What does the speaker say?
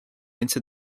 into